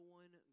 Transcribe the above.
one